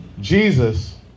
Jesus